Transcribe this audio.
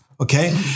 Okay